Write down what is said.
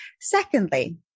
Secondly